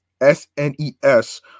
snes